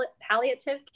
palliative